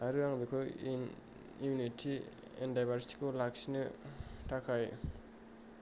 आरो आं बेखौ यूनिटि इन डाइवारसिटिखौ लाखिनो थाखाय